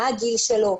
מה הגיל שלו,